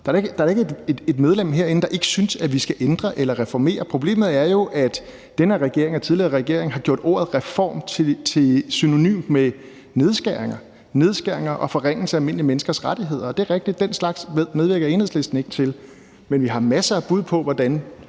Der er da ikke ét medlem herinde, der ikke synes, at vi skal ændre eller reformere. Problemet er jo, at denne og den tidligere regering har gjort ordet reform synonymt med nedskæringer og forringelser af almindelige menneskers rettigheder, og det er rigtigt, at den slags medvirker Enhedslisten ikke til. Men vi har masser af bud på, hvordan